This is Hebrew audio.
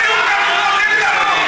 אני הותקפתי פעמיים בגללו.